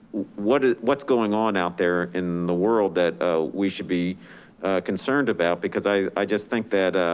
what is what's going on out there in the world that ah we should be concerned about? because i just think that